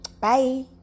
Bye